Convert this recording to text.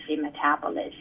metabolism